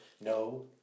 no